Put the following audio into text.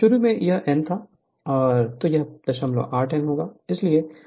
अगर शुरू में यह n था तो यह 08 n होगा